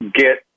get